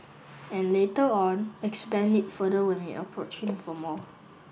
and later on expanded it further when we approached him for more